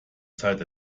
zeit